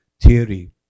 theory